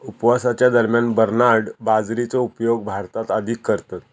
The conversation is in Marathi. उपवासाच्या दरम्यान बरनार्ड बाजरीचो उपयोग भारतात अधिक करतत